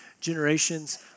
Generations